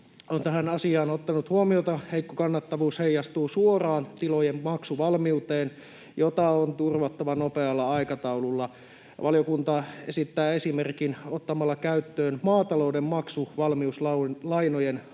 on tähän asiaan ottanut huomiota. Heikko kannattavuus heijastuu suoraan tilojen maksuvalmiuteen, jota on turvattava nopealla aikataululla — ja valiokunta esittää esimerkin — esimerkiksi ottamalla käyttöön maatalouden maksuvalmiuslainojen